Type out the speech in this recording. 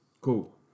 Cool